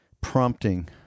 prompting